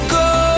go